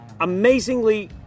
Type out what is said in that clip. Amazingly